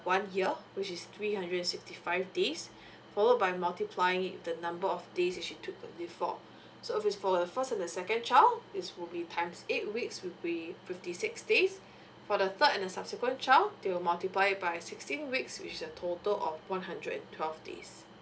one year which is three hundred sixty five days followed by multiplying it with the number of days that she took the leave for so if it's for the first and the second child it would be times eight weeks it will be fifty six days for the third and the subsequent child they will multiply it by sixteen weeks which is a total of one hundred and twelve days